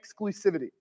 exclusivity